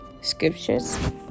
scriptures